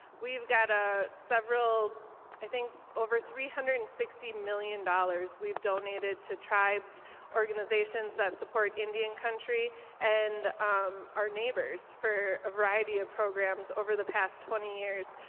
we have got ah several i think over three hundred and sixty million dollars we have donated to tribes organizations that support indian country and um our neighbors for a variety ah programs over the past twenty years.